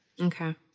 Okay